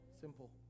Simple